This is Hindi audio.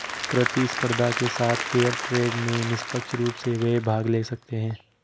प्रतिस्पर्धा के साथ फेयर ट्रेड में निष्पक्ष रूप से वे भाग ले सकते हैं